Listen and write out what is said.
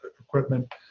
equipment